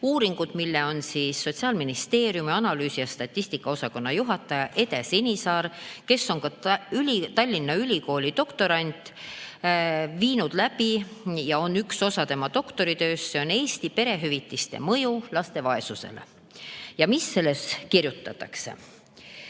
uuringut, mille on teinud Sotsiaalministeeriumi analüüsi- ja statistikaosakonna juhataja Hede Sinisaar, kes on Tallinna Ülikooli doktorant. See on üks osa tema doktoritööst "Eesti perehüvitiste mõju laste vaesusele". Mis selles kirjutatakse?